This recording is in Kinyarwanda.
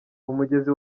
umugezi